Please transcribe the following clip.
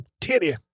titty